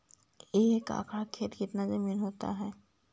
एक एकड़ खेत कितनी जमीन होते हैं?